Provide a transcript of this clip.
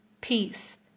peace